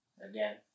Again